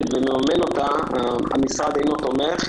ומממן אותה אז משרד הכלכלה אינו תומך.